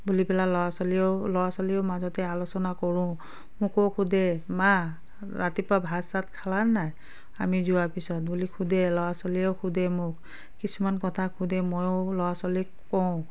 বুুলি পেলাই ল'ৰা ছোৱালীয়েও ল'ৰা ছোৱালীও মাজতে আলোচনা কৰোঁ মোকো সোধে মা ৰাতিপুৱা ভাত চাত খালা নাই আমি যোৱাৰ পিছত বুলি সোধে ল'ৰা ছোৱালীয়েও সোধে মোক কিছুমান কথা সোধে ময়ো ল'ৰা ছোৱালীক কওঁ